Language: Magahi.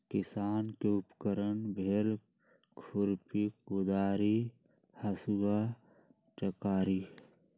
किसान के उपकरण भेल खुरपि कोदारी हसुआ टेंग़ारि